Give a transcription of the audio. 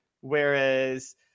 Whereas